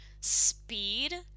speed